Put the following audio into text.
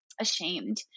ashamed